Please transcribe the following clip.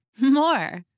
more